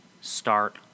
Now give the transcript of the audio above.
start